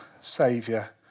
saviour